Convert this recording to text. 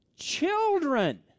Children